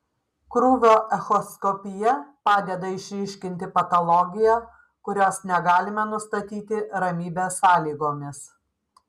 krūvio echoskopija padeda išryškinti patologiją kurios negalime nustatyti ramybės sąlygomis